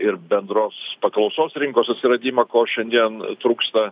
ir bendros paklausos rinkos atsiradimą ko šiandien trūksta